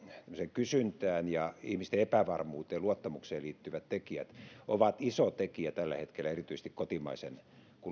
kysyntään ja ihmisten epävarmuuteen luottamukseen liittyvät tekijät ovat iso tekijä tällä hetkellä erityisesti kotimaisen